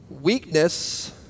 weakness